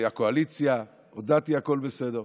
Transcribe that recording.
הקואליציה, הודעתי והכול בסדר.